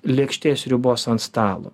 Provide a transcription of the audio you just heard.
lėkštė sriubos ant stalo